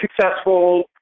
successful